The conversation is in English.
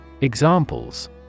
Examples